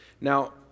Now